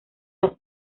las